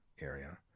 area